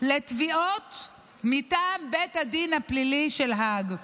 לתביעות מטעם בית הדין הפלילי בהאג.